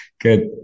good